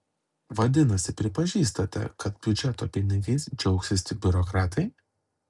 vadinasi pripažįstate kad biudžeto pinigais džiaugsis tik biurokratai